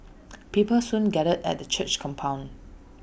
people soon gathered at the church's compound